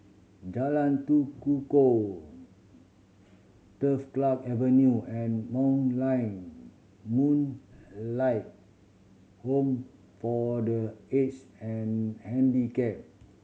Jalan Tekukor Turf Club Avenue and Moonlight Moonlight Home for The Aged and Handicapped